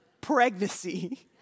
Pregnancy